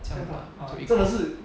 这样大就一口